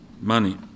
money